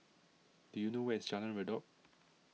do you know where is Jalan Redop